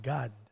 God